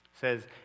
says